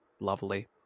Lovely